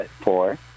four